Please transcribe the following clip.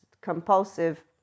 compulsive